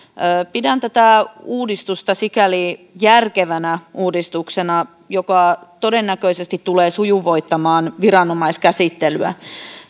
pidän tätä uudistusta sikäli järkevänä uudistuksena että se todennäköisesti tulee sujuvoittamaan viranomaiskäsittelyä